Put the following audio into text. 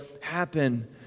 happen